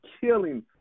killing